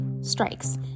strikes